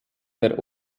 der